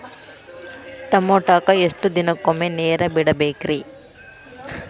ಟಮೋಟಾಕ ಎಷ್ಟು ದಿನಕ್ಕೊಮ್ಮೆ ನೇರ ಬಿಡಬೇಕ್ರೇ?